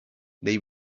they